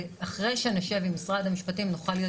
ואחרי שנשב עם משרד המשפטים נוכל להיות